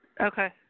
Okay